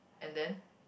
and then